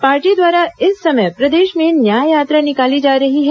party द्वारा इस समय प्रदेश में न्याय यात्रा निकाली जा रही है